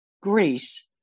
Greece